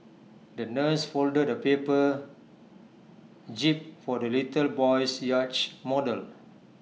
the nurse folded A paper jib for the little boy's yacht model